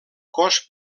cos